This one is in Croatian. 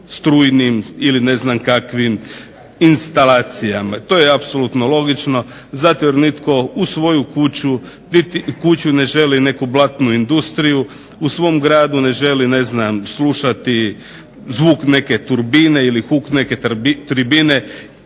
strujnim ili ne znam kakvim instalacijama. To je apsolutno logično zato jer nitko u svoju kuću ne želi neku blatnu industriju u svom gradu ne želi slušati zvuk neke turbine ili huk neke tribine